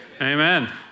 Amen